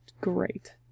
great